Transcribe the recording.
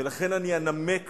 ולכן אני אנמק